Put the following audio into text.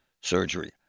surgery